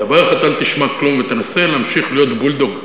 בדבר אחד אל תשמע כלום ותנסה להמשיך להיות בולדוג,